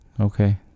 Okay